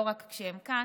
לא רק כשהם כאן.